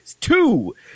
two